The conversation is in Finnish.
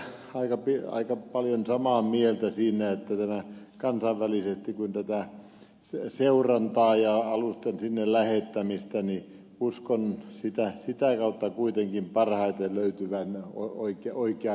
pulliaisen kanssa kyllä aika paljon samaa mieltä siinä että tämän kansainvälisen toiminnan kautta tämän seurannan ja alusten sinne lähettämisen uskon kuitenkin parhaiten löytyvän on oikea oikea